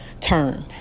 turn